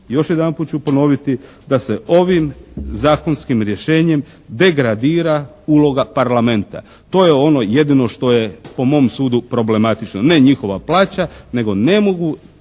još jedanput ću ponoviti da se ovim zakonskim rješenjem degradira uloga Parlamenta. To je ono jedino što je po mom sudu problematično. Ne njihova plaća, nego ne mogu